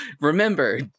Remember